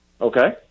Okay